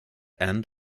end